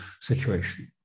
situation